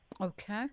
Okay